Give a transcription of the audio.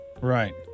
Right